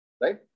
right